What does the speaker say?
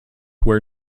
where